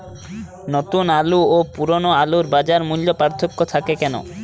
নতুন আলু ও পুরনো আলুর বাজার মূল্যে পার্থক্য থাকে কেন?